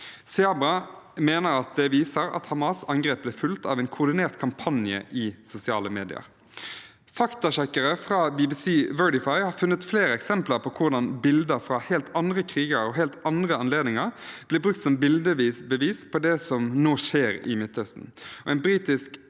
Cyabra mener at det viser at Hamas’ angrep ble fulgt av en koordinert kampanje i sosiale medier. Faktasjekkere fra BBC Verify har funnet flere eksempler på hvordan bilder fra helt andre kriger og helt andre anledninger blir brukt som bildebevis på det som nå skjer i Midtøsten.